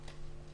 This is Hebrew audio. כנסת.